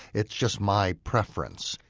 it's just my preference.